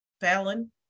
Fallon